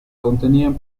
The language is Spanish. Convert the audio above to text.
contenían